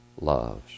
loves